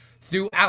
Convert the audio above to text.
throughout